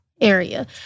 area